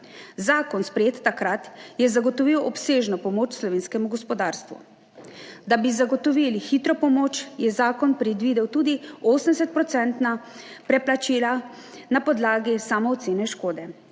Zakon, sprejet takrat, je zagotovil obsežno pomoč slovenskemu gospodarstvu. Da bi zagotovili hitro pomoč, je zakon predvidel tudi 80-odstotna preplačila na podlagi samo ocene škode,